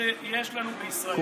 שיש לנו בישראל.